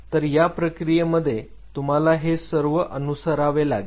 तर या प्रक्रियेमध्ये तुम्हाला हे सर्व अनुसरावे लागेल